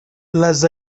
les